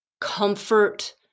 comfort